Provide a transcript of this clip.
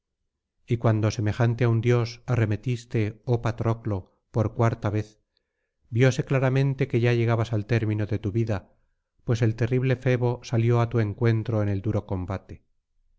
y cuando semejante á un dios arremetiste oh patroclo por cuarta vez vióse claramente que ya llegabas al término de tu vida pues el terrible febo salió á tu encuentro en el duro combate